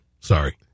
Sorry